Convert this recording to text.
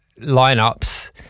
lineups